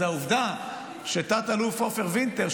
זאת העובדה שתת-אלוף עופר וינטר,